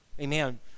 amen